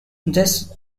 this